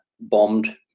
bombed